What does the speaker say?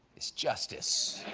is justice.